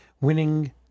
winning